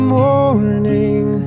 morning